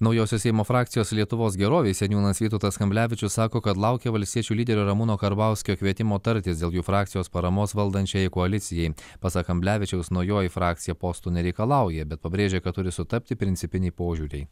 naujosios seimo frakcijos lietuvos gerovei seniūnas vytautas kamblevičius sako kad laukia valstiečių lyderio ramūno karbauskio kvietimo tartis dėl jų frakcijos paramos valdančiajai koalicijai pasak kamblevičiaus naujoji frakcija postų nereikalauja bet pabrėžė kad turi sutapti principiniai požiūriai